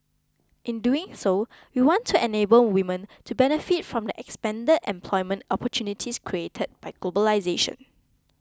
in doing so we want to enable women to benefit from the expanded employment opportunities created by globalisation